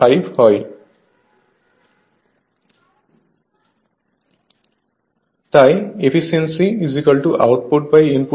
তাই efficiency output input হয়